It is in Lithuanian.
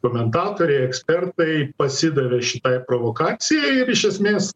komentatoriai ekspertai pasidavė šitai provokacijai ir iš esmės